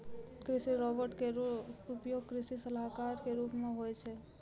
कृषि रोबोट केरो उपयोग कृषि सलाहकार क रूप मे होय छै